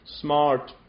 smart